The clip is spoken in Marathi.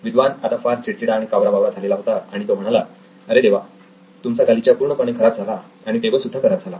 विद्वान आता फार चिडचिडा आणि कावरा बावरा झालेला होता आणि तो म्हणाला अरे देवा तुमचा गालिचा पूर्णपणे खराब झाला आणि टेबल सुद्धा खराब झाला